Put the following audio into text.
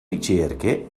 ricerche